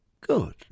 Good